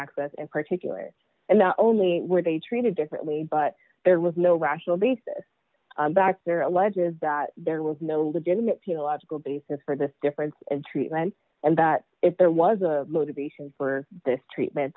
access and particulars and not only were they treated differently but there was no rational basis back there alleges that there was no legitimate theological basis for the difference treatment and that if there was a motivation for this treatment